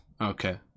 Okay